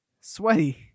sweaty